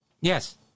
Yes